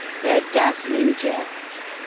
their dazzling jets,